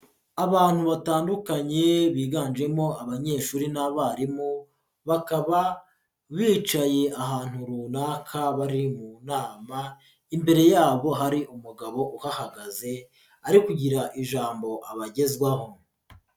Abantu batandukanye biganjemo abanyeshuri n'abarimu bakaba bicaye ahantu runaka bari mu nama imbere yabo hari umugabo uhagaze ari kugira ijambo abagezaho.